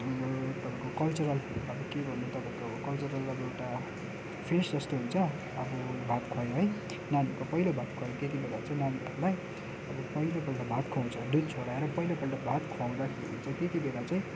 तपाईँ कल्चरलहरू के गर्नु तपाईँको कल्चरल अब एउटा फिस्ट जस्तो हुन्छ अब भातखुवाइ है नानीको पहिलो भातखुवाइ त्यति बेला चाहिँ नानीहरूलाई अब पहिलोपल्ट भात खुवाउँछ दुध छोडाएर पहिलोपल्ट भात खुवाउँदाखेरि चाहिँ त्यति बेला चाहिँ